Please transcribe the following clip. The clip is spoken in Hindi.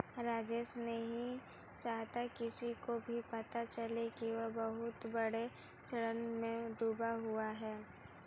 राजेश नहीं चाहता किसी को भी पता चले कि वह बहुत बड़े ऋण में डूबा हुआ है